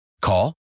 Call